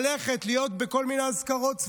ללכת להיות בכל מיני אזכרות צבאיות,